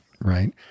right